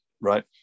Right